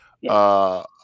Yes